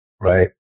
Right